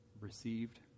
received